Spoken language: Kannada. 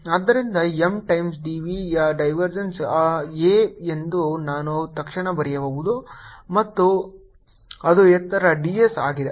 ಆದ್ದರಿಂದ M ಟೈಮ್ಸ್ dv ಯ ಡೈವರ್ಜೆನ್ಸ್ a ಎಂದು ನಾನು ತಕ್ಷಣ ಬರೆಯಬಹುದು ಅದು ಎತ್ತರ ds ಆಗಿದೆ